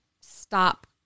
stop